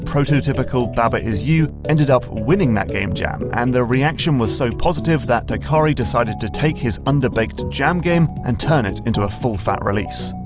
prototypical baba is you ended up winning that game jam, and the reaction was so positive that teikari decided to take his underbaked jam game and turn it into a full fat release.